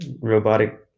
Robotic